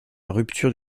rupture